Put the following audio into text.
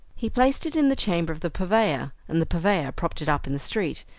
he placed it in the chamber of the purveyor, and the purveyor propped it up in the street,